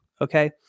okay